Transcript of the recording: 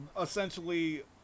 essentially